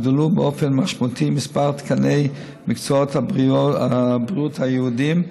הוגדלו באופן משמעותי מספר תקני מקצועות הבריאות הייעודיים,